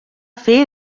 fer